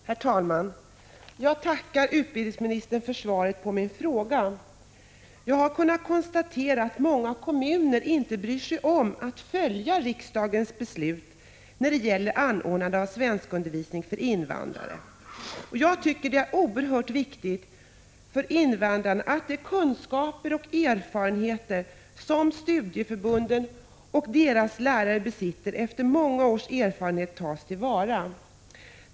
Herr talman! Jag tackar utbildningsministern för svaret på min fråga. Jag har kunnat konstatera att många kommuner inte bryr sig om att följa riksdagens beslut när det gäller anordnandet av svenskundervisning för invandrare. Jag tycker att det är oerhört viktigt för invandrarna att de kunskaper och erfarenheter som studieförbunden och deras lärare besitter efter många års verksamhet tas till vara.